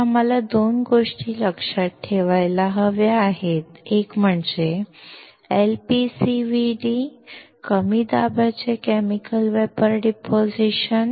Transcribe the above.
तर आम्हाला 2 गोष्टी लक्षात ठेवायला हव्या होत्या एक म्हणजे LPCVD कमी दाबाचे केमिकल वेपर डिपॉझिशन